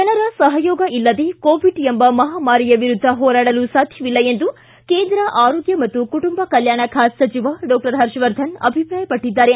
ಜನರ ಸಹಯೋಗ ಇಲ್ಲದೇ ಕೋವಿಡ್ ಎಂಬ ಮಪಾಮಾರಿಯ ವಿರುದ್ದ ಹೋರಾಡಲು ಸಾಧ್ಯವಿಲ್ಲ ಎಂದು ಕೇಂದ್ರ ಆರೋಗ್ಯ ಮತ್ತು ಕುಟುಂಬ ಕಲ್ಜಾಣ ಖಾತೆ ಸಚಿವ ಡಾಕ್ಷರ್ ಹರ್ಷವರ್ಧನ್ ಅಭಿಪ್ರಾಯಪಟ್ಟಿದ್ದಾರೆ